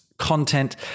content